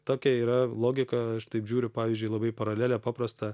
tokia yra logika aš taip žiūriu pavyzdžiui labai paralelę paprastą